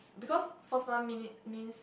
because first month me~ me~ means